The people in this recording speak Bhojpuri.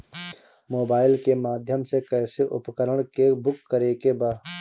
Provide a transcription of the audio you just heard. मोबाइल के माध्यम से कैसे उपकरण के बुक करेके बा?